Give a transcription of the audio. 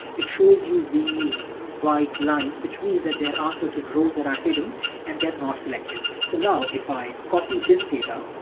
it shows you these white lines, which means that there are certain rows that are hidden and they're not selected. so now if i copy this data,